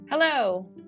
Hello